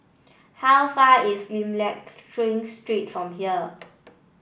how far is Lim Liak Street from here